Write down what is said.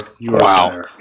Wow